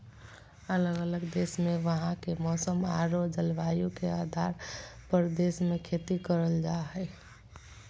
अलग अलग देश मे वहां के मौसम आरो जलवायु के आधार पर देश मे खेती करल जा हय